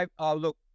Look